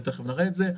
ותיכף נראה את זה,